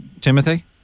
Timothy